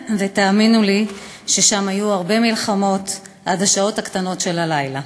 ותאמינו לי ששם היו הרבה מלחמות עד השעות הקטנות של הלילה.